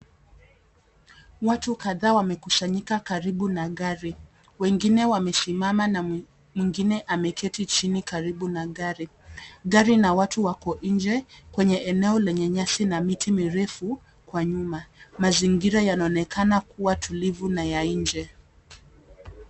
Watu kadhaa wamekusanyika karibu na gari, wengine wamesimama na mwingine ameketi chini karibu na gari. Gari na watu wako nje kwenye eneo lenye nyasi na miti mirefu kwa nyuma. Mazingira yanaonekana kuwa tulivu na ya nje.